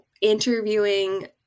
interviewing